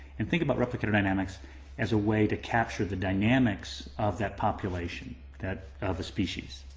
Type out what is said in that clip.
and think about replicator dynamics as a way to capture the dynamics of that population, that, of a species.